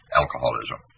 alcoholism